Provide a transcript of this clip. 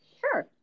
sure